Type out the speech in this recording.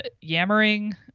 yammering